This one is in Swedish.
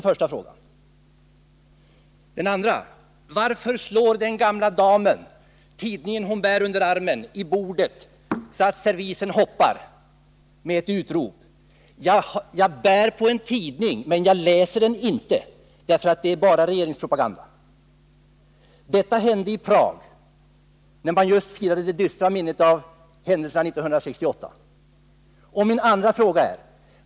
För det andra: Varför slår den gamla damen den tidning hon bär under armen i bordet så att servisen hoppar med följande utrop: Jag bär på en tidning, men jag läser den inte, för det är bara regeringspropaganda! — Detta hände i Prag just när man firade det dystra minnet av händelserna 1968.